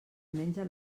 menja